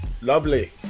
Lovely